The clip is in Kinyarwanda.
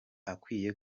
akwiye